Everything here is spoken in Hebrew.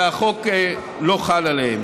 שהחוק לא חל עליהם.